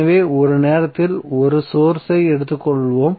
எனவே ஒரு நேரத்தில் 1 சோர்ஸ் ஐ எடுத்துக்கொள்வோம்